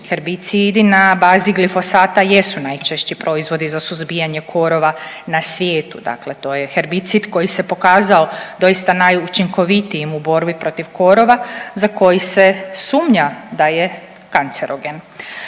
Herbicidi na bazi glifosata jesu najčešći proizvodi za suzbijanje korova na svijetu, dakle to je herbicid koji se pokazao doista najučinkovitijim u borbi protiv korova za koji se sumnja da je kancerogen.